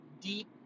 deep